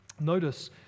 Notice